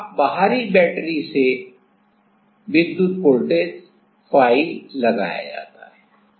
आप बाहरी बैटरी से विद्युत वोल्टेज फाई लगाया जाता है ठीक है